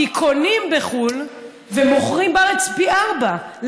כי קונים בחו"ל ומוכרים בארץ בפי ארבעה.